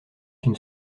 une